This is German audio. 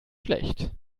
schlecht